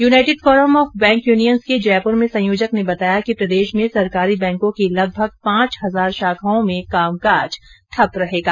United forum of bank unions के जयपुर में संयोजक ने बताया कि प्रदेश में सरकारी बैंकों की लगभग पांच हजार शाखाओं में कामकाज ठप रहेगा